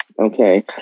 Okay